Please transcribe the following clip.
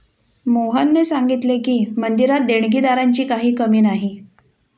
मोहनने सांगितले की, मंदिरात देणगीदारांची काही कमी नाही